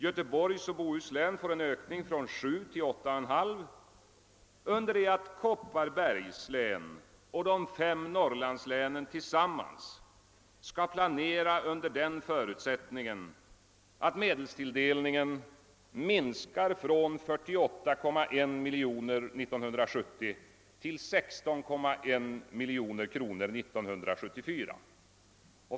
Göteborgs och Bohus län får en ökning från 7 till 8,5 miljoner, under det att Kopparbergs län och de fem Norrlandslänen tillsammans skall planera under den förutsättningen att medelstilldelningen minskar från 48,1 miljoner kronor 1970 till 16,1 miljoner kronor 1974.